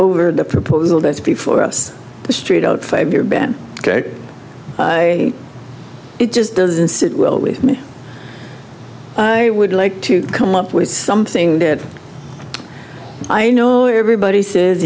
over the proposal that's before us straight out five year ban ok it just doesn't sit well with me i would like to come up with something that i know everybody says